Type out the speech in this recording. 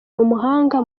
n’umuhanga